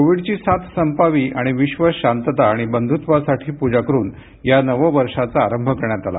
कोविडची साथ संपावी आणि विश्व शांतता आणि बंधुत्वासाठी पूजा करुन या नववर्षाचा आरंभ करण्यात आला